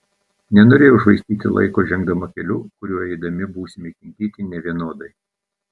nenorėjau švaistyti laiko žengdama keliu kuriuo eidami būsime įkinkyti nevienodai